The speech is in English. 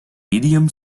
medium